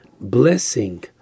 blessing